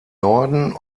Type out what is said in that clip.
norden